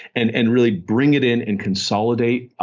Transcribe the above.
and and really bring it in and consolidate.